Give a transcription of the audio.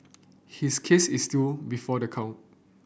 his case is still before the court